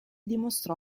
dimostrò